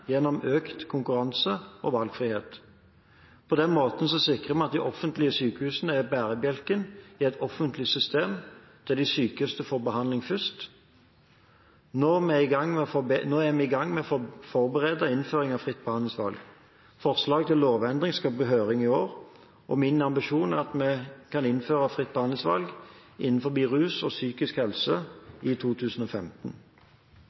gjennom økt konkurranse og valgfrihet. På den måten sikrer vi at de offentlige sykehusene er bærebjelken i et offentlig system, der de sykeste får behandling først. Nå er vi i gang med å forberede innføringen av fritt behandlingsvalg. Forslag til lovendringer skal ut på høring i år, og min ambisjon er at vi kan innføre fritt behandlingsvalg innenfor rus og psykisk